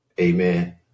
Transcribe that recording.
Amen